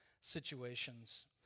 situations